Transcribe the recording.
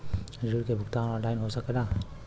ऋण के भुगतान ऑनलाइन हो सकेला?